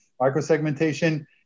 micro-segmentation